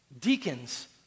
Deacons